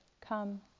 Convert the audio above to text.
Come